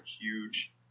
huge